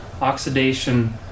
oxidation